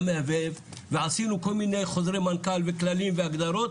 מהבהב ועשינו כל מני חוזרי מנכ"ל וכללים והגדרות,